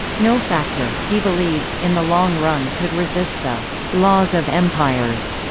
no factor, he believed, in the long run could resist the laws of empires.